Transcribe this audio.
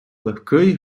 легкий